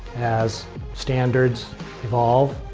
as standards evolve,